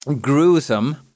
Gruesome